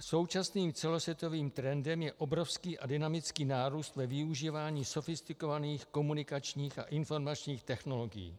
Současným celosvětovým trendem je obrovský a dynamický nárůst ve využívání sofistikovaných komunikačních a informačních technologií.